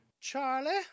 Charlie